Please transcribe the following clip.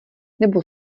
nebo